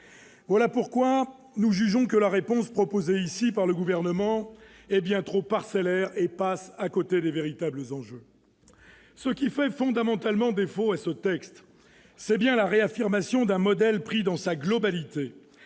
Voilà pourquoi nous jugeons que la réponse proposée ici par le Gouvernement est bien trop parcellaire et passe à côté des véritables enjeux. Très bien ! Ce qui fait fondamentalement défaut à ce texte, c'est bien la réaffirmation d'un modèle envisagé dans sa globalité,